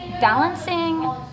balancing